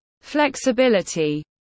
Flexibility